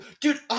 Dude